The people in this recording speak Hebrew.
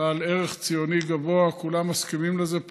בעל ערך ציוני גבוה, כולם מסכימים לזה פה,